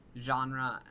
genre